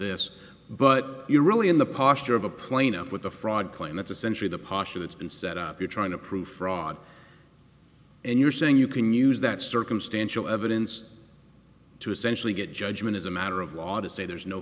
this but you're really in the posture of a plaintiff with a fraud claim that's essentially the posher that's been set up you're trying to prove fraud and you're saying you can use that circumstantial evidence to essentially get judgment as a matter of law to say there's no